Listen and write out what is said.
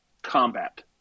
Combat